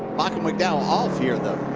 michael mcdowell off here.